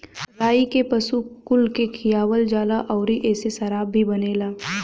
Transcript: राई के पशु कुल के खियावल जाला अउरी एसे शराब भी बनेला